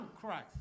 Christ